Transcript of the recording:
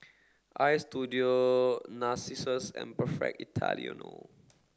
Istudio Narcissus and Perfect Italiano